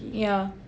yeah